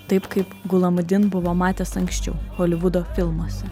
taip kaip gulamudin buvo matęs anksčiau holivudo filmuose